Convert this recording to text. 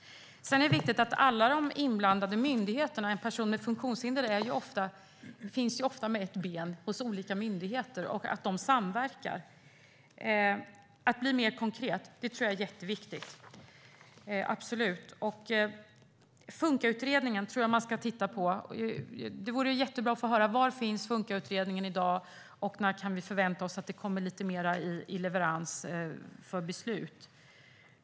Sedan är det viktigt att alla inblandade myndigheter - personer med funktionshinder har ofta att göra med olika myndigheter - samverkar. Jag tror att det är jätteviktigt att bli mer konkret, absolut. Man bör titta på Funkautredningen. Det vore intressant att höra: Var befinner sig Funkautredningen i dag och när kan vi förvänta oss en leverans för beslut?